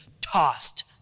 tossed